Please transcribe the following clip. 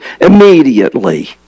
immediately